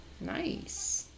Nice